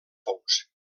fongs